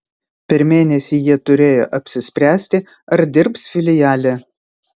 per mėnesį jie turėjo apsispręsti ar dirbs filiale